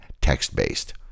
text-based